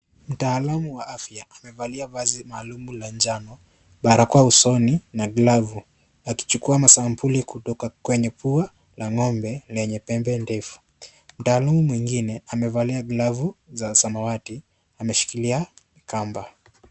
Mtaalamu waafya amevalia vazi maalum wa njano ,bsrakoa usoni na glavu, akichukua sampuli kutoka kwenye pua la Ng'ombe lenye pembe ndefu. Mtaalam mwingine amevalia vazi la samawati ameshikilia kamba .